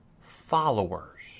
followers